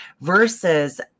versus